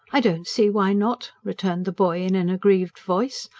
i don't see why not, returned the boy in an aggrieved voice.